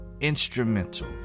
instrumental